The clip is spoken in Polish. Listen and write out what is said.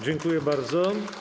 Dziękuję bardzo.